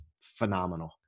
phenomenal